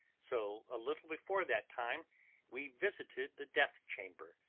so a little before that time we visited the death-chamber.